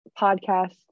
podcast